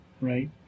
right